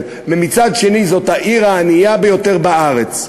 ומצד שני זאת העיר הענייה ביותר בארץ,